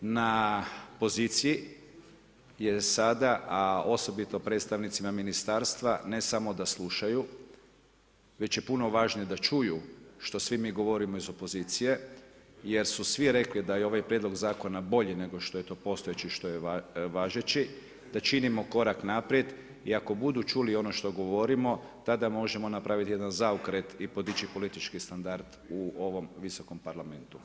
Na poziciji je sada a osobito predstavnicima ministarstva, ne samo da slušaju, već je puno važnije da čuju što svi mi govorimo iz opozicije, jer su svi rekli, da je ovaj prijedlog zakona bolji nego što je to postojeći, što je važeći, da činimo korak naprijed i ako budu čuli ono što govorimo, tada možemo napraviti jedan zaokret i podići politički standard u ovom Visokom parlamentu.